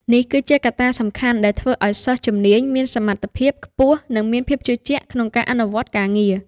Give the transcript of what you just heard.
នេះគឺជាកត្តាសំខាន់ដែលធ្វើឱ្យសិស្សជំនាញមានសមត្ថភាពខ្ពស់និងមានភាពជឿជាក់ក្នុងការអនុវត្តការងារ។